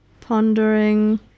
pondering